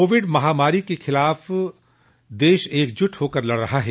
Covid महामारी के खिलाफ देश एकजुट होकर लड़ रहा है